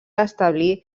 establir